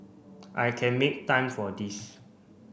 I can make time for this